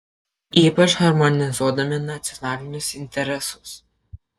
ypač harmonizuodami nacionalinius interesus